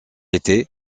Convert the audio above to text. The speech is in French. était